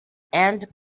and